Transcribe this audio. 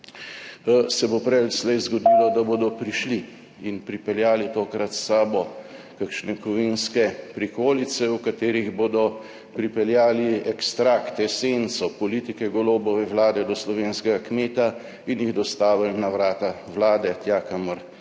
se bo prej ali slej zgodilo, da bodo prišli in pripeljali tokrat s sabo kakšne kovinske prikolice, v katerih bodo pripeljali ekstrakt, esenco politike Golobove vlade do slovenskega kmeta in jih dostavili na vrata vlade, tja, kamor